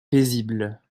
paisible